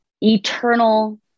eternal